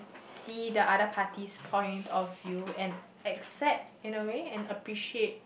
see the other party's point of view and accept in a way and appreciate